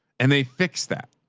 and they fix that.